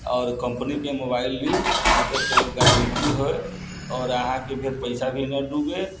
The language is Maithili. आओर कम्पनीके मोबाइल लिअ जकर कोनो गारण्टी होइ आओर अहाँके फेर पैसा भी नहि डूबै